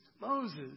Moses